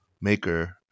maker